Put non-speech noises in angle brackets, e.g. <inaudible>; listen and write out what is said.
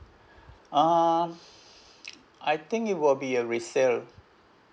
ah <breath> I think it will be a resale